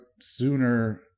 sooner